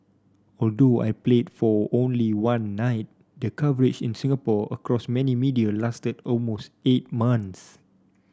although I played for only one night the coverage in Singapore across many media lasted almost eight month